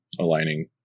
aligning